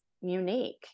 unique